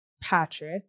Patrick